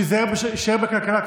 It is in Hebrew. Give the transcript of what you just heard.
שזה יישאר בוועדת הכלכלה,